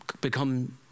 become